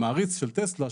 המעריץ של טסלה,